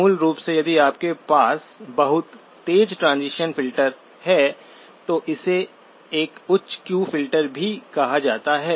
मूल रूप से यदि आपके पास बहुत तेज ट्रांजीशन फिल्टर है तो इसे एक उच्च क्यू फिल्टर भी कहा जाता है